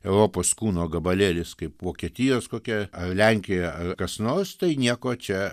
europos kūno gabalėlis kaip vokietijos kokia ar lenkija ar kas nors tai nieko čia